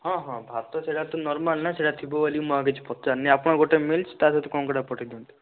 ହଁ ହଁ ଭାତ ସେଇଟା ତ ନର୍ମାଲ୍ ନା ସେଇଟା ଥିବ ବୋଲି ମୁଁ ଆଉ କିଛି ପଚାରିନି ଆପଣ ଗୋଟେ ମିଲ୍ସ ତା ସହିତ କଙ୍କଡ଼ା ପଠାଇ ଦିଅନ୍ତୁ